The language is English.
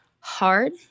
hard